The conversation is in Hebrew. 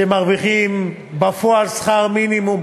שמרוויחים בפועל שכר מינימום,